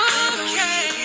okay